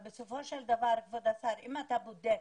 בסופו של דבר, כבוד השר, אם אתה בודק